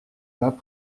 pas